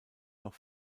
noch